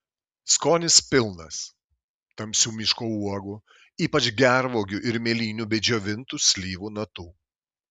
skonis pilnas tamsių miško uogų ypač gervuogių ir mėlynių bei džiovintų slyvų natų